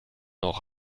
auch